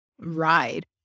ride